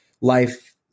life